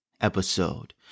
episode